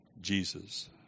Jesus